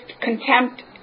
contempt